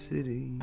City